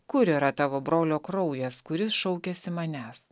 kur yra tavo brolio kraujas kuris šaukiasi manęs